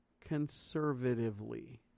conservatively